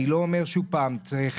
אני לא אומר, שוב פעם שצריכים.